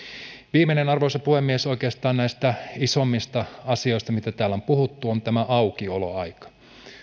viimeinen arvoisa puhemies oikeastaan näistä isommista asioista mitä täällä on puhuttu on tämä aukioloaika